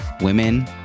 women